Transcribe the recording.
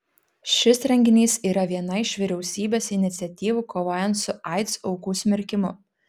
šis renginys yra viena iš vyriausybės iniciatyvų kovojant su aids aukų smerkimu